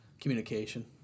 Communication